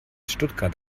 stuttgart